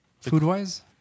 Food-wise